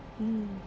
mm